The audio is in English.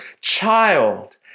child